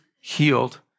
healed